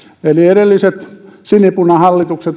eli edelliset sinipunahallitukset